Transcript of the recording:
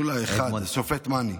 אולי אחד, השופט מני.